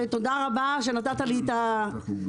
ותודה רבה שנתת לי לדבר.